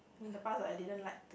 in the past I didn't like to